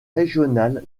régional